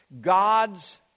God's